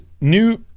new